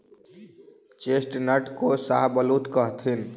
chestnut को शाहबलूत कहथीन